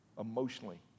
Emotionally